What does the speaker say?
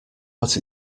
what